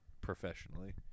professionally